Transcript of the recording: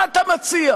מה אתה מציע,